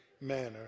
manner